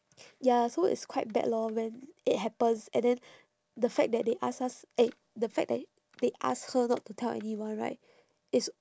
ya so it's quite bad lor when it happens and then the fact that they asked us eh the fact that they asked her not to tell anyone right is